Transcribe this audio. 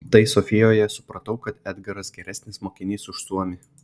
tai sofijoje supratau kad edgaras geresnis mokinys už suomį